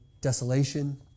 desolation